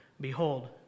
behold